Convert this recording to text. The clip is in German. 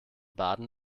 baden